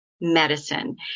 medicine